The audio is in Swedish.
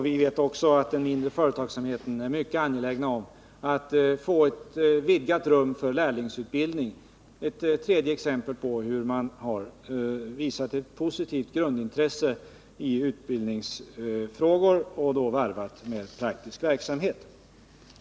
Vi vet också att den mindre företagsamheten är mycket angelägen om att få vidgat utrymme för lärlingsutbildning — ett tredje exempel på hur man visat ett positivt grundintresse för utbildning varvad med praktisk verksamhet.